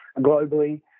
globally